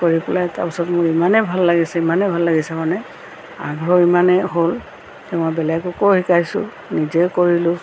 কৰি পেলাই তাৰপাছত মোৰ ইমানে ভাল লাগিছে ইমানে ভাল লাগিছে মানে আগ্ৰহ ইমানেই হ'ল মই বেলেগকো শিকাইছোঁ নিজেও কৰিলো